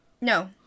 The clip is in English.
No